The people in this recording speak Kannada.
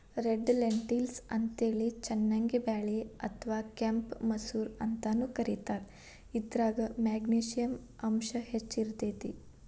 ರೆಡ್ ಲೆಂಟಿಲ್ಸ್ ಅಂತೇಳಿ ಚನ್ನಂಗಿ ಬ್ಯಾಳಿ ಅತ್ವಾ ಕೆಂಪ್ ಮಸೂರ ಅಂತಾನೂ ಕರೇತಾರ, ಇದ್ರಾಗ ಮೆಗ್ನಿಶಿಯಂ ಅಂಶ ಹೆಚ್ಚ್ ಇರ್ತೇತಿ